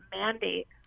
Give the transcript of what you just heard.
mandate